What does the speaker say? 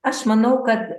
aš manau kad